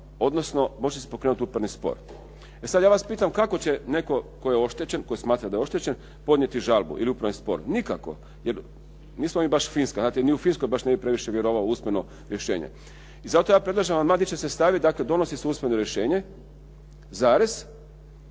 odnosno može se pokrenuti upravni spor. E sad ja vas pitam kako će netko tko je oštećen, tko smatra da je oštećen podnijeti žalbu ili upravni spor? Nikako. Jer nismo mi baš Finska. Znate ni u Finskoj baš ne bi previše vjerovao u usmeno rješenje. I zato ja predlažem …/Govornik se ne razumije./…, dakle donosi se usmeno rješenje, a